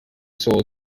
sold